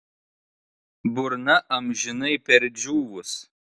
burna amžinai perdžiūvus